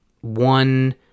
one